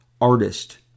artist